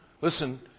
listen